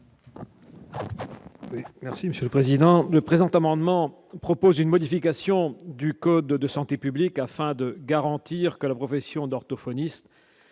Merci Monsieur le Président ne présente amendement propose une modification du code de santé publique, afin de garantir que la profession d'orthophonistes